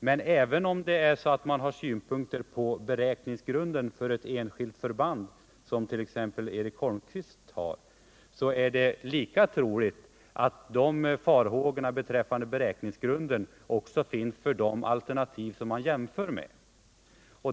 Men om man har synpunkter på beräkningsgrunden för ett enskilt förband, som t.ex. Eric Holmqvist har, är det troligt att farhågorna beträffande beräkningsgrunderna har lika fog för de alternativ man jämför med.